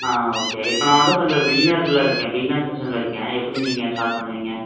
ஆ okay இப்போ நான் வந்து கொஞ்சம் பிகினரில் இருக்கேன் பிகினர் செக்ஷனில் இருக்கேன் எப்படி நீங்கள் ஸ்டார்ட் பண்ணுவீங்க